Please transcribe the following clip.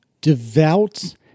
devout